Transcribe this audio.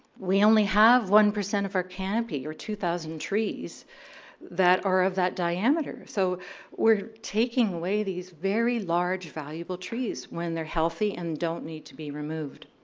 we only have one percent of our can and by or two thousand trees that are of that diameter. so we're taking away these very large valuable trees when they're healthy and don't need to be removed.